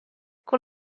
con